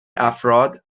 افراد